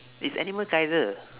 is animal kaiser